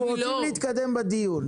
אנחנו רוצים להתקדם בדיון.